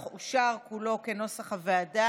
חמישה, לכן הנוסח אושר כולו, כנוסח הוועדה.